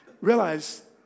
Realize